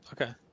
Okay